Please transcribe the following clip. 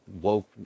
woke